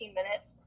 minutes